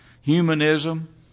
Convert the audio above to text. humanism